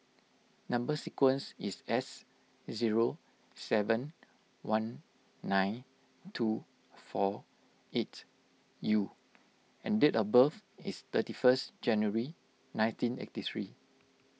Number Sequence is S zero seven one nine two four eight U and date of birth is thirty first January nineteen eighty three